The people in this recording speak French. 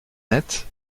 nette